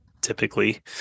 typically